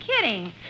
kidding